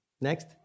Next